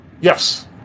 Yes